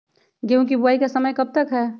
गेंहू की बुवाई का समय कब तक है?